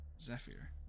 Zephyr